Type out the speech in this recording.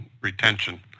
retention